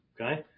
okay